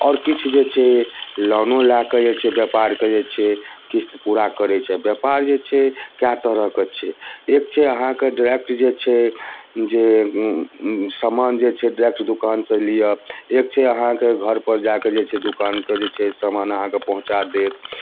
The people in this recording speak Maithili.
आओर किछु जे छै लोनो लए कऽ जे छै व्यापारके जे छै किस्त पूरा करै छै व्यापार जे छै कए तरहके छै एक छै अहाँक डाइरेक्ट छै जे समान जे छै डाइरेक्ट दोकानसँ लिऽ एक छै अहाँके घरपर जाकऽ जे छै दोकानके जे छै सामान अहाँके पहुँचा देत